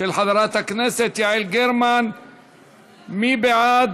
55 בעד, אין מתנגדים ואין נמנעים.